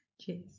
Cheers